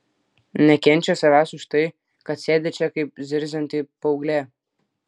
nekenčia savęs už tai kad sėdi čia kaip zirzianti paauglė